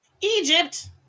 Egypt